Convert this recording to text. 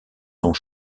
sont